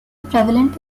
prevalent